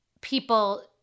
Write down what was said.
people